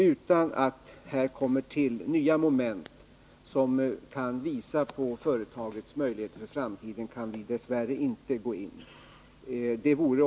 Utan att det kommer till något nytt moment som kan visa att företaget har möjligheter för framtiden kan vi dess värre inte gå in ytterligare.